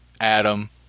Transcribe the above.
Adam